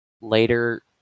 later